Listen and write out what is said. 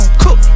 cook